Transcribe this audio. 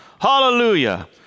hallelujah